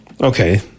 Okay